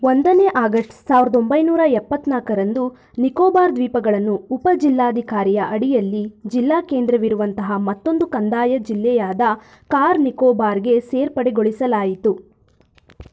ಒಂದನೇ ಆಗಸ್ಟ್ ಸಾವಿರದೊಂಬೈನೂರ ಎಪ್ಪತ್ತ್ನಾಲ್ಕರಂದು ನಿಕೋಬಾರ್ ದ್ವೀಪಗಳನ್ನು ಉಪ ಜಿಲ್ಲಾಧಿಕಾರಿಯ ಅಡಿಯಲ್ಲಿ ಜಿಲ್ಲಾ ಕೇಂದ್ರವಿರುವಂತಹ ಮತ್ತೊಂದು ಕಂದಾಯ ಜಿಲ್ಲೆಯಾದ ಕಾರ್ ನಿಕೋಬಾರ್ಗೆ ಸೇರ್ಪಡೆಗೊಳಿಸಲಾಯಿತು